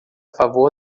favor